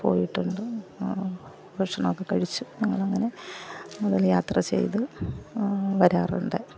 പോയിട്ടുണ്ട് ഭക്ഷണമൊക്കെ കഴിച്ച് ഞങ്ങൾ അങ്ങനെ അതിൽ യാത്രചെയ്ത് വരാറുണ്ട്